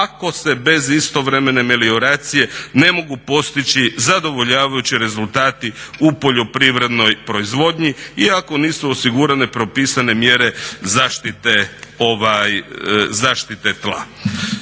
ako se bez istovremene melioracije ne mogu postići zadovoljavajući rezultati u poljoprivrednoj proizvodnji i ako nisu osigurane propisane mjere zaštite tla.